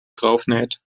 draufnäht